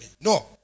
No